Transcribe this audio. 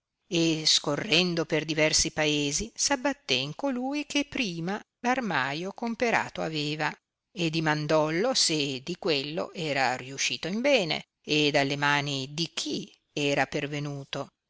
e scorrendo per diversi paesi s'abbattè in colui che prima l'armaio comperato aveva e dimandollo se di quello era riuscito in bene ed alle mani di chi era pervenuto